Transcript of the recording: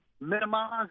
minimize